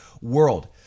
world